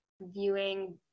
viewing